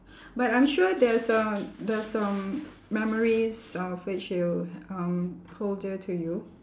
but I'm sure there's uh there's um memories of which you um hold dear to you